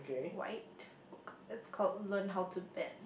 white it's called learn how to bet